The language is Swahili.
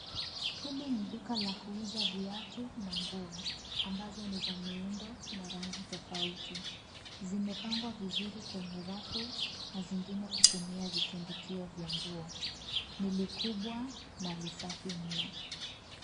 Hili ni duka la kuuza viatu na nguo ambazo ni za miundo na rangi tofauti. Zimepangwa vizuri kwenye rafu na zingine kutumia vitundukio vya nguo, ni likubwa na lisafi mno.